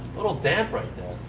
little damp, right there.